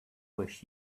wish